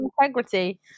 integrity